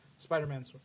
Spider-Man